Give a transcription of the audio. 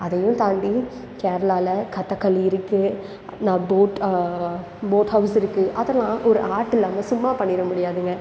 அதையும் தாண்டி கேரளாவில் கதகளி இருக்குது ந போட் போட் ஹவுஸ் இருக்குது அதெல்லாம் ஒரு ஆர்ட்டு இல்லாமல் சும்மா பண்ணிட முடியாதுங்க